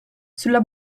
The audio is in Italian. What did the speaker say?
sulla